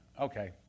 Okay